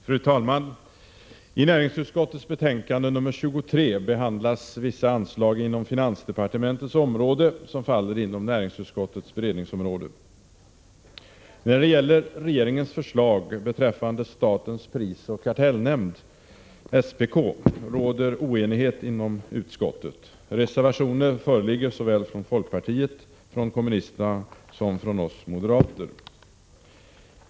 Fru talman! I näringsutskottets betänkande nr 23 behandlas vissa anslag inom finansdepartementets område som faller inom näringsutskottets beredningsområde. När det gäller regeringens förslag beträffande statens prisoch kartellnämnd, SPK, råder oenighet inom utskottet. Reservationer föreligger från folkpartiet, från kommunisterna och från oss moderater.